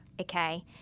okay